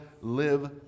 live